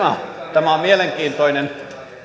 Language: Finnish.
tämä on mielenkiintoinen